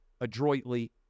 adroitly